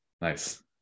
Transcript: Nice